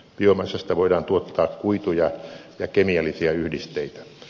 biomassasta voidaan tuottaa kuituja ja kemiallisia yhdisteitä